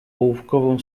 ołówkową